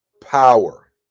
power